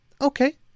Okay